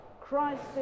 christ